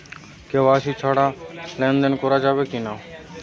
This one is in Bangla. কে.ওয়াই.সি ছাড়া লেনদেন করা যাবে কিনা?